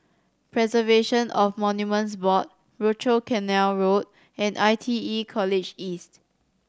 Preservation of Monuments Board Rochor Canal Road and I T E College East